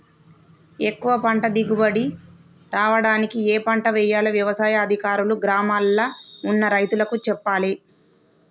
ఎక్కువ పంట దిగుబడి రావడానికి ఏ పంట వేయాలో వ్యవసాయ అధికారులు గ్రామాల్ల ఉన్న రైతులకు చెప్పాలే